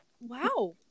Wow